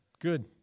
good